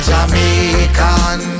Jamaican